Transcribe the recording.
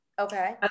Okay